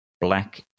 Black